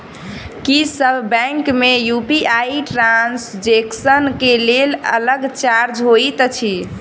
की सब बैंक मे UPI transaction केँ लेल अलग चार्ज होइत अछि?